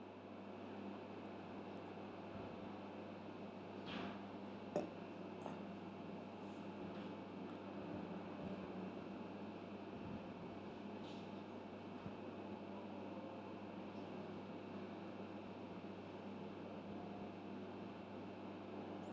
mm